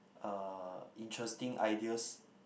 uh interesting ideas